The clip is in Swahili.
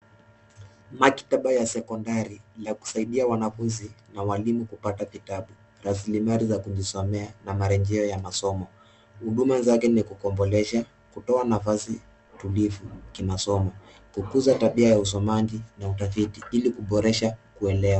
Maktaba ya sekondari la kusaidia wanafunzi na walimu kupata vitabu, raslimali za kujisomea na marejeo ya masomo. huduma zake ni kukombolesha, kutoa nafasi tulivu ya kimasomo, kukuza tabia ya usomaji na utafiti ili kuboresha kuelewa.